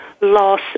loss